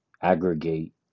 aggregate